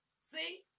See